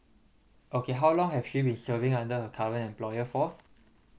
okay how long have she been serving under her current employer for